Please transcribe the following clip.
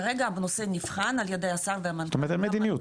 כרגע הנושא נבחן על ידי השר והמנכ"ל --- זאת אומרת אין מדיניות,